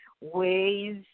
ways